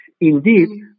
Indeed